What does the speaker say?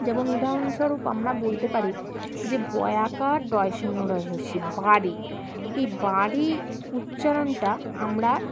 যেমন উদাহরণস্বরূপ আমরা বলতে পারি যে ব এ আকার ডয়ে শুন্য ড় হ্রস্য ই বাড়ি এই বাড়ি উচ্চারণটা আমরা